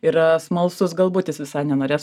yra smalsus galbūt jis visai nenorės